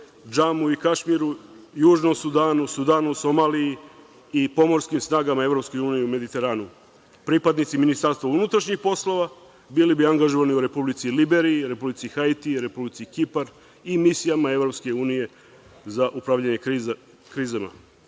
Džamu i Kašmiru, Južnom Sudanu, Sudanu, Somaliji i Pomorskim snagama EU u Mediteranu. Pripadnici MUP bili bi angažovani u Republici Liberiji, Republici Haiti, Republici Kipar i misijama EU za upravljanje